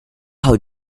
how